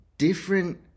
Different